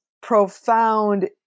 profound